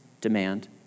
demand